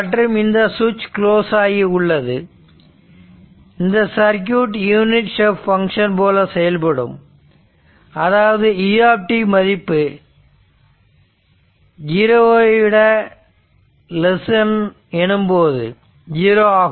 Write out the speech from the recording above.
மற்றும் இந்த சுவிட்ச் குளோஸ் ஆகியுள்ளது இந்த சர்க்யூட் யூனிட் ஸ்டெப் பங்க்ஷன் போல செயல்படும் அதாவது u மதிப்பு t0 எனும்போது 0 ஆகும்